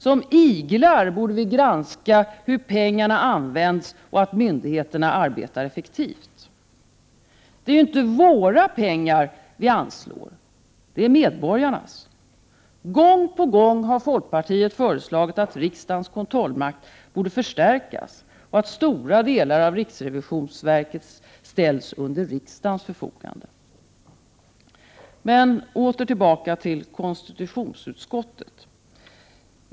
Som iglar borde vi granska hur pengarna används och att myndigheterna arbetar effektivt. Det är ju inte våra pengar vi anslår — det är medborgarnas. Gång på gång har folkpartiet föreslagit att riksdagens kontrollmakt borde förstärkas och att stora delar av riksrevisionsverket skall ställas till riksdagens förfogande. Men åter till konstitutionsutskottet.